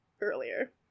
earlier